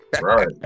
right